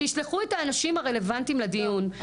שישלחו את האנשים הרלוונטיים לדיון,